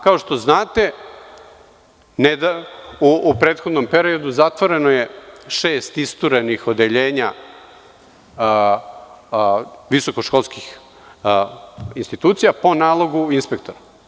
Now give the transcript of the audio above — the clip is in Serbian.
Kao što znate, u prethodnom periodu zatvoreno je šest isturenih odeljenja visokoškolskih institucija po nalogu inspektora.